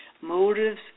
Motives